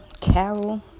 Carol